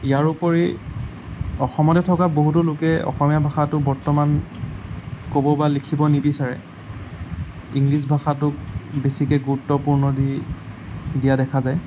ইয়াৰোপৰি অসমতে থকা বহুতো লোকে অসমীয়া ভাষাটোক বৰ্তমান ক'ব বা লিখিব নিবিচাৰে ইংলিছ ভাষাটোক বেছিকে গুৰুত্বপূৰ্ণ দি দিয়া দেখা যায়